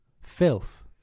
Filth